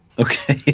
Okay